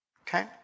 Okay